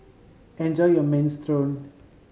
enjoy your Minestrone